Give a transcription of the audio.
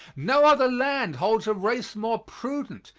no other land holds a race more prudent,